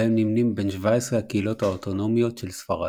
והם נמנים בין 17 הקהילות האוטונומיות של ספרד.